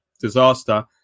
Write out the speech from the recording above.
disaster